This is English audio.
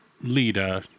leader